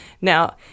Now